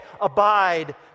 abide